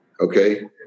okay